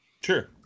Sure